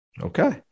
Okay